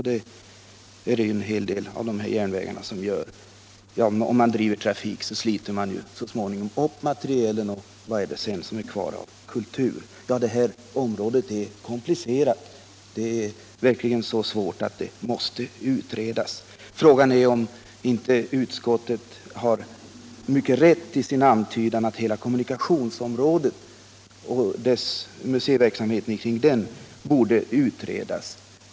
Det är det ju en hel del av de här järnvägarna som gör. Om man driver trafik, sliter man ju så småningom ut materielen, och vad är det sedan kvar av kultur? Ja, det här området är verkligen så svårt att det måste utredas. Utskottet har också mycket rätt i sin antydan att hela kommunikationsområdet och museiverksamheten kring det borde utredas.